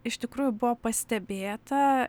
iš tikrųjų buvo pastebėta